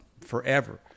forever